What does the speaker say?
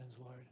Lord